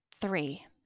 three